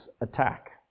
attack